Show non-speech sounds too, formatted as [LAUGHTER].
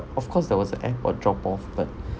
of course there was a add or drop off [BREATH]